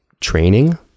training